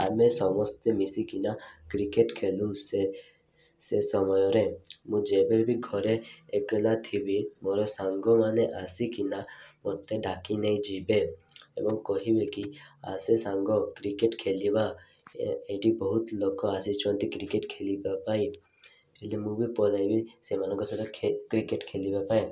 ଆମେ ସମସ୍ତେ ମିଶିକିନା କ୍ରିକେଟ ଖେଲୁ ସେ ସେ ସମୟରେ ମୁଁ ଯେବେ ବି ଘରେ ଏକେଲା ଥିବି ମୋର ସାଙ୍ଗମାନେ ଆସିକିନା ମୋତେ ଡାକି ନେଇଯିବେ ଏବଂ କହିବେ କି ଆସେ ସାଙ୍ଗ କ୍ରିକେଟ ଖେଲିବା ଏଠି ବହୁତ ଲୋକ ଆସିଛନ୍ତି କ୍ରିକେଟ ଖେଲିବା ପାଇଁ ହେଲେ ମୁଁ ବି ପଳେଇବି ସେମାନଙ୍କ ସାଥେ କ୍ରିକେଟ ଖେଲିବା ପାଇଁ